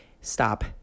stop